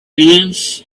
glance